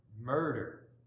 murder